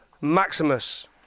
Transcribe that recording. Maximus